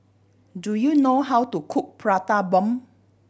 do you know how to cook Prata Bomb